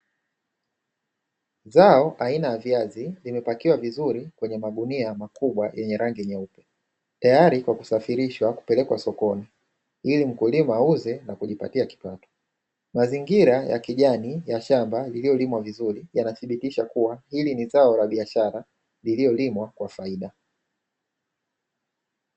Zao aina ya viazi limepakiwa vizuri kwenye magunia makubwa yenye rangi nyeupe tayari kwa kusafirishwa kupelekwa sokoni ili mkulima auze na kujipatia kipato. Mazingira ya kijani ya shamba lililolimwa vizuri yanathibitisha kuwa hili ni zao la biashara lililolimwa kwa faida.